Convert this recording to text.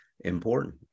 important